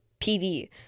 pv